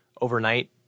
overnight